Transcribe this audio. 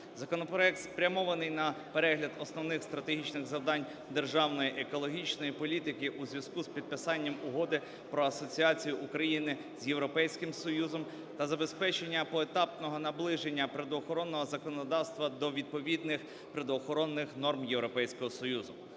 Законопроект спрямований на перегляд основних стратегічних завдань державної екологічної політики у зв'язку з підписанням Угоди про асоціацію України з Європейським Союзом та забезпечення поетапного наближення природоохоронного законодавства до відповідних природоохоронних норм Європейського Союзу.